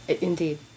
Indeed